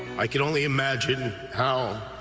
i can only imagine how.